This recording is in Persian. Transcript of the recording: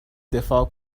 دفاع